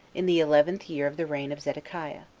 in the eleventh year of the reign of zedekiah.